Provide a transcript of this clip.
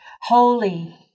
holy